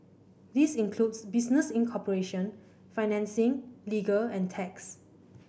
this includes business incorporation financing legal and tax